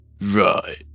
Right